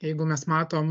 jeigu mes matom